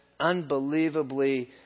unbelievably